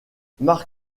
mark